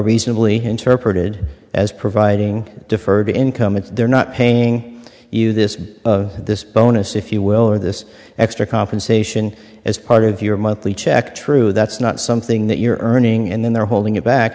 reasonably interpreted as providing deferred income and they're not paying you this this bonus if you will or this extra compensation as part of your monthly check true that's not something that you're earning and then they're holding it back